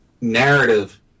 narrative